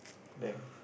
damn